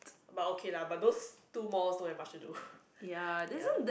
but okay lah but those two malls don't have much to do ya